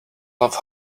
love